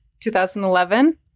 2011